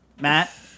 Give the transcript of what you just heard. Matt